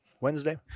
wednesday